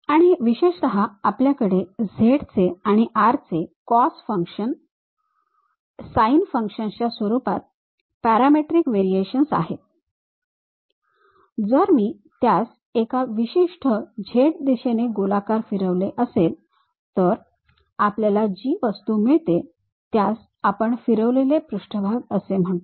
आणि विशेषत आपल्याकडे z चे आणि r चे cos फंक्शन्स sin फंक्शन्सच्या स्वरूपात पॅरामेट्रिक व्हेरिएशनस आहेत जर मी त्यास एका विशिष्ट z दिशेने गोलाकार फिरवले असेल तर आपल्याला जी वस्तू मिळेल त्यास आपण फिरवलेले पृष्ठभाग असे म्हणतो